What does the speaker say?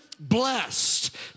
Blessed